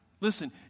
Listen